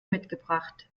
mitgebracht